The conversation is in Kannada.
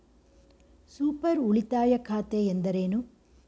ಸೂಪರ್ ಉಳಿತಾಯ ಖಾತೆ ಎಂದರೇನು?